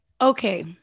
Okay